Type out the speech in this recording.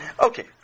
Okay